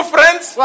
friends